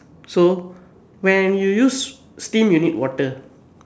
so when you use steam you need water